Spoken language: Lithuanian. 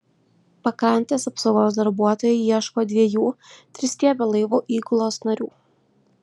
pakrantės apsaugos darbuotojai ieško dviejų tristiebio laivo įgulos narių